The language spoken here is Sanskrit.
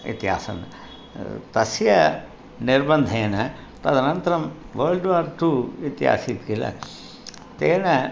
इत्यासन् तस्य निर्बन्धेन तदनन्तरं वर्ळ्ड्वार् टु इति आसीत् किल तेन